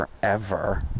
forever